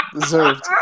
deserved